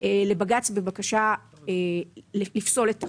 לבג"ץ בבקשה לפסול את החוק.